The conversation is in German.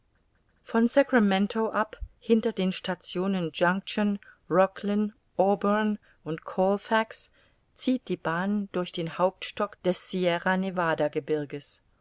von sacramento ab hinter den stationen junction roclin auburn und colfax zieht die bahn durch den hauptstock des